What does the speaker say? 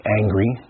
angry